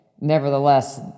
nevertheless